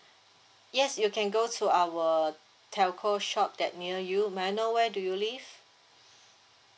yes you can go to our telco shop that near you may I know where do you live